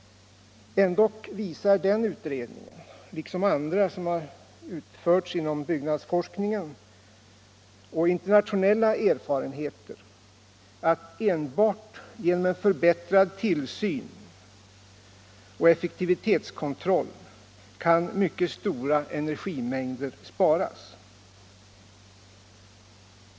Ändock visar denna utredning liksom andra som har utförts av byggnadsforskningen liksom även internationella erfarenheter, att enbart genom förbättrad tillsyn och effektivitetskontroll kan mycket stora energimängder sparas.